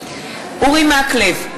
מקלב,